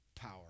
power